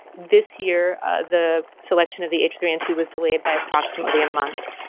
this year the selection of the h three n two was delayed by approximately a month.